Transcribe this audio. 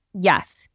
Yes